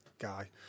Guy